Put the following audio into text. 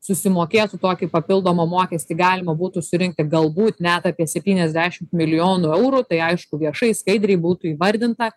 susimokėtų tokį papildomą mokestį galima būtų surinkti galbūt net apie septyniasdešimt milijonų eurų tai aišku viešai skaidriai būtų įvardinta